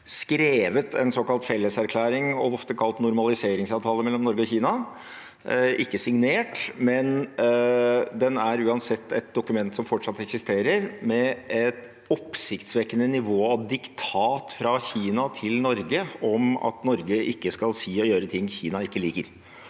skrevet en såkalt felleserklæring, ofte kalt normaliseringsavtale, mellom Norge og Kina. Den er ikke signert, men den er uansett et dokument som fortsatt eksisterer, med et oppsiktsvekkende nivå av diktat fra Kina til Norge om at Norge ikke skal si og gjøre ting Kina ikke liker.